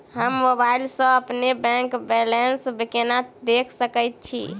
हम मोबाइल सा अपने बैंक बैलेंस केना देख सकैत छी?